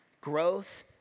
growth